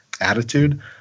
attitude